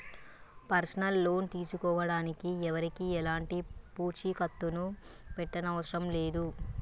personal loan తీసుకోడానికి ఎవరికీ ఎలాంటి పూచీకత్తుని పెట్టనవసరం లేదు